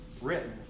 written